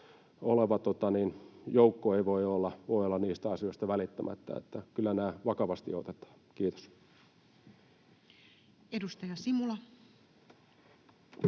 joukko ei voi olla niistä asioista välittämättä. Kyllä nämä vakavasti otetaan. — Kiitos. Edustaja Simula.